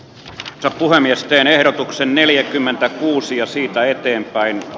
tuo kuva miesten ehdotuksen neljäkymmentäkuusi ja siitä eteenpäin